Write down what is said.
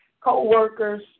co-workers